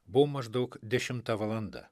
buvo maždaug dešimta valanda